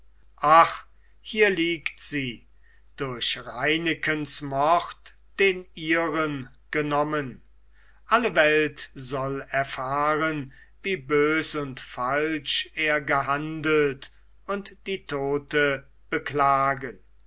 ach hier liegt sie durch reinekens mord den ihren genommen alle welt soll erfahren wie bös und falsch er gehandelt und die tote beklagen